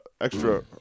extra